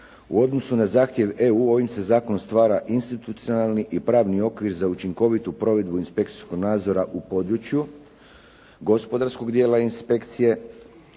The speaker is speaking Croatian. U odnosu na zahtjev EU ovim se zakonom stvara institucionalni i pravni okvir za učinkovitu provedbu inspekcijskog nadzora u području gospodarskog dijela inspekcije